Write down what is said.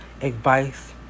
advice